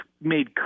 made